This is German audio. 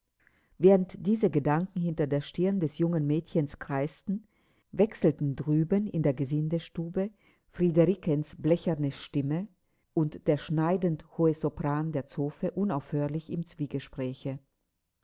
während diese gedanken hinter der stirn des jungen mädchens kreisten wechselten drüben in der gesindestube friederikens blecherne stimme und der schneidend hohe sopran der zofe unaufhörlich im zwiegespräche